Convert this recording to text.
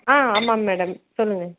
ஆ ஆமாம் மேடம் சொல்லுங்கள்